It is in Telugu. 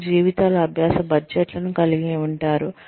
వారు జీవితకాల అభ్యాస బడ్జెట్లను కలిగి ఉంటారు